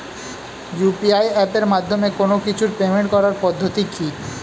UPI এপের মাধ্যমে কোন কিছুর পেমেন্ট করার পদ্ধতি কি?